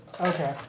Okay